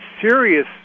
serious